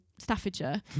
Staffordshire